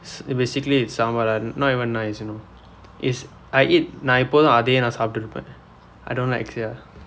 its basically is sambar ah not even nice you know it's I eat நான் எப்போதும் அதே நான் சாப்பிட்டு இருப்பேன்:naan eppoodhum athee naan saapitdu irupeen I don't like sia